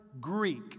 Greek